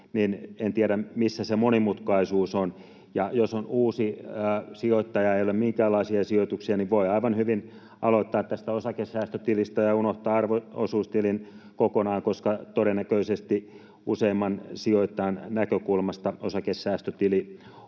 niin en tiedä, missä se monimutkaisuus on. Ja jos on uusi sijoittaja, ei ole minkäänlaisia sijoituksia, niin voi aivan hyvin aloittaa tästä osakesäästötilistä ja unohtaa arvo-osuustilin kokonaan, koska todennäköisesti useamman sijoittajan näkökulmasta osakesäästötili